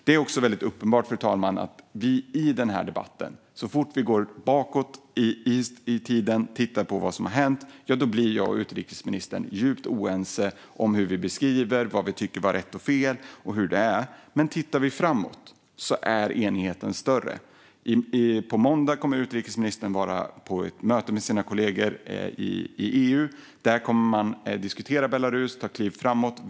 Det är också uppenbart att så fort vi i debatten går bakåt i tiden och tittar på vad som har hänt blir jag och utrikesministern djupt oense i vår beskrivning av vad som var rätt och fel. Men när vi tittar framåt är enigheten större. På måndag kommer utrikesministern att möta sina kollegor i EU, och då kommer de att diskutera Belarus och ta kliv framåt.